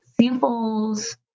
samples